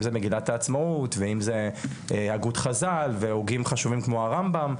אם זה מגילת העצמאות ואם זה הגות חז"ל והוגים חשובים כמו הרמב"ם,